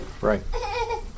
Right